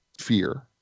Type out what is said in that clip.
fear